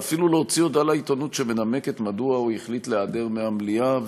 ואפילו להוציא הודעה לעיתונות שמנמקת מדוע הוא החליט להיעדר מהמליאה,